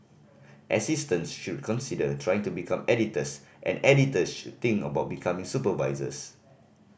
assistants should consider trying to become editors and editors should think about becoming supervisors